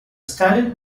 stalin